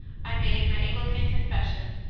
i made my anglican confession,